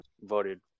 voted